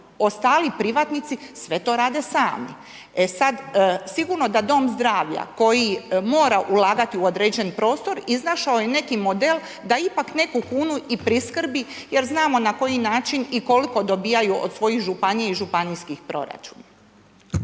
ostali privatnici sve to rade sami. E sad, sigurno da dom zdravlja koji mora ulagati u određen prostor, iznašao je neki model da ipak neku kunu i priskrbi jer znamo na koji način i koliko dobijaju od svojih županija i županijskih proračuna.